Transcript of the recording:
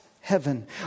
heaven